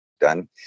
done